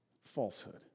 falsehood